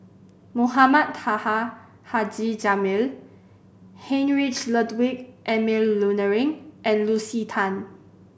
Mohamed Taha Haji Jamil Heinrich Ludwig Emil Luering and Lucy Tan